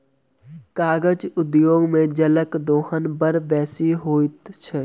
कागज उद्योग मे जलक दोहन बड़ बेसी होइत छै